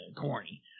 corny